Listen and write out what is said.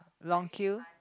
long queue